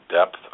depth